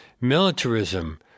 militarism